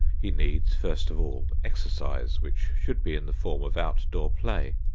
he needs, first of all, exercise which should be in the form of outdoor play.